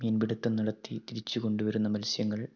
മീൻ പിടുത്തം നടത്തി തിരിച്ചു കൊണ്ട് വരുന്ന മത്സ്യങ്ങൾ